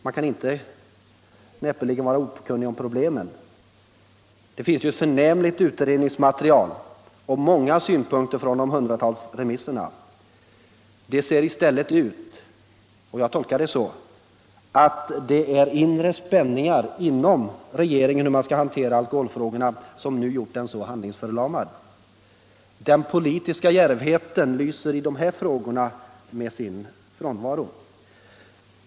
Man kan näppeligen vara okunnig om problemen. Det finns ju ett förnämligt utredningsmaterial och många synpunkter från de hundratals remisserna. Det ser ut som om — jag tolkar det så — inre spänningar inom regeringen har gjort den handlingsförlamad när man skall hantera alkoholfrågorna. Den politiska djärvheten lyser med sin frånvaro i dessa frågor.